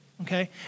okay